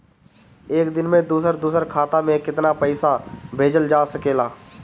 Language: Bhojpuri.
एक दिन में दूसर दूसर खाता में केतना पईसा भेजल जा सेकला?